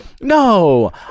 no